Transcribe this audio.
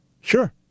sure